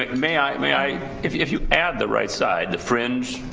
and may i? may i? if you add the right side, the fringe,